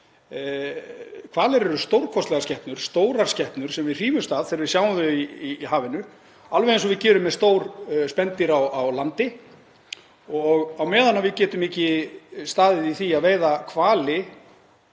Hvalir eru stórkostlegar skepnur, stórar skepnur sem við hrífumst af þegar við sjáum þær í hafinu, alveg eins og við gerum með stór spendýr á landi og á meðan við getum ekki staðið í því að veiða hvali